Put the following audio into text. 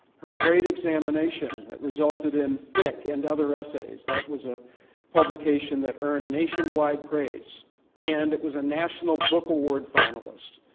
her great examination that resulted in thick and other essays. that was a publication that earned nationwide praise and it was a national book award finalist.